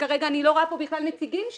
שכרגע אני לא רואה פה בכלל נציגים שלו?